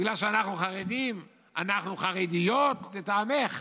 בגלל שאנחנו חרדים, אנחנו חרדיות, לטעמך?